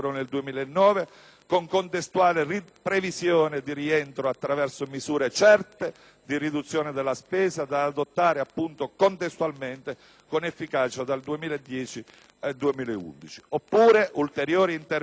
con contestuale previsione di rientro attraverso misure certe di riduzione della spesa da adottare appunto contestualmente, con efficacia nel 2010 e nel 2011. Oppure, ulteriori interventi selettivi